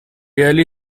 rarely